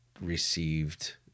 received